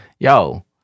Yo